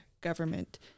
government